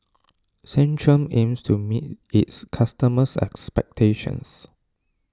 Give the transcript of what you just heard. Centrum aims to meet its customers' expectations